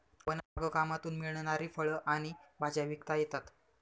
one बागकामातून मिळणारी फळं आणि भाज्या विकता येतात